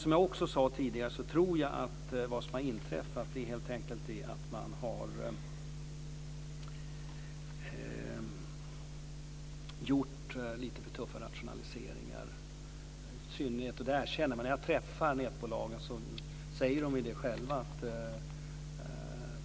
Som jag också sade tidigare tror jag att vad som har inträffat helt enkelt är att man har gjort lite för tuffa rationaliseringar. Det erkänner man. När jag träffar nätbolagen säger de detta själva.